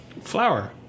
Flour